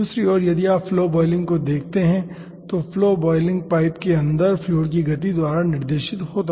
दूसरी ओर यदि आप फ्लो बॉयलिंग को देखते हैं तो फ्लो बॉयलिंग पाइप के अंदर फ्लूइड की गति द्वारा निर्देशित होगा